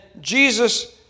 Jesus